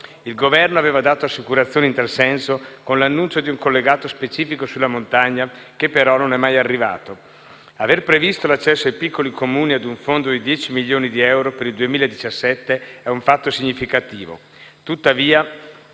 Il Governo aveva dato assicurazioni in tal senso, con l'annuncio di un collegato specifico sulla montagna, che però non è mai arrivato. Aver previsto l'accesso dei piccoli Comuni ad un fondo di 10 milioni di euro per il 2017 è un fatto significativo. Tuttavia,